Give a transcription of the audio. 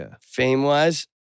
fame-wise